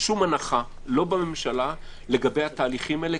שום הנחה לא בממשלה לגבי התהליכים האלה,